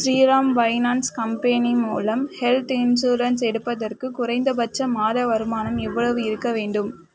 Sriram finance company மூலம் health insurance எடுப்பதற்கு குறைந்தபட்சம் மாத வருமானம் எவ்வளவு இருக்கவேண்டும்